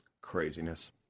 Craziness